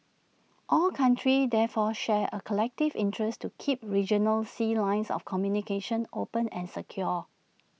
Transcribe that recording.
all countries therefore share A collective interest to keep regional sea lines of communication open and secure